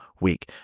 week